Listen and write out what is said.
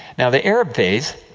now, the arab phase,